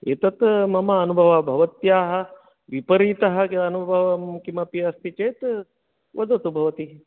एतत् मम अनुभवः भवत्याः विपरीतः अनुभवं किमपि अस्ति चेत् वदतु भवति